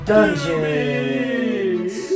Dungeons